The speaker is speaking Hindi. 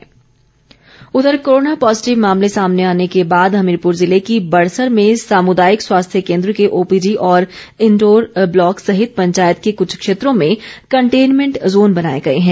आदेश उधर कोरोना पॉजिटिव मामले सामने आने के बाद हमीरपुर ज़िले की बड़सर में सामुदायिक स्वास्थ्य कोन्द्र को ओपीडी और इंडोर ब्लॉक सहित पंचायत के कुछ क्षेत्रो में कंटेनमेंट जोन बनाए गए हैं